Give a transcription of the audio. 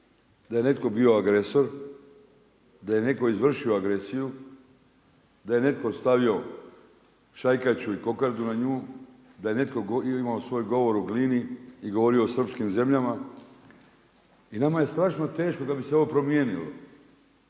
da je netko bio agresor, da je netko izvršio agresiju, da je netko stavio šajkaču i kokardu na nju, da je netko imao svoj govor u Glini i govorio o srpskim zemljama. I nama je strašno teško kada bi se ovo promijenilo,